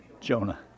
Jonah